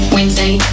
Wednesday